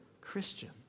Christian